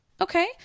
Okay